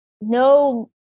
no